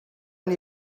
and